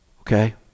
Okay